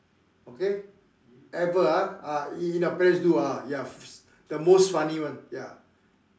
okay ever ah ah in your parents do ah ya the most funny one ya